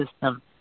system